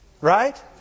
Right